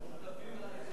סעיפים 1 147 נתקבלו.